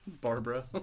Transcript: Barbara